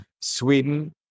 Sweden